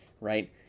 Right